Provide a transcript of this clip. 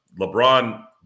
LeBron